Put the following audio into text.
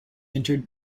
entered